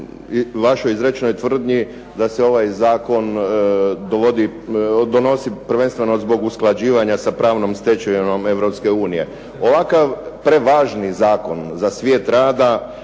vašoj izrečenoj tvrdi da se ovaj zakon donosi prvenstveno zbog usklađivanja s pravnom stečevinom Europske unije. Ovakav prevažni zakon za svijet rada,